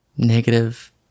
negative